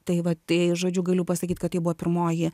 tai va tai žodžiu galiu pasakyt kad ji buvo pirmoji